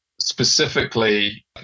specifically